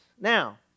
Now